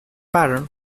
pattern